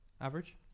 average